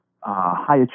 high